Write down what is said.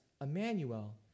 Emmanuel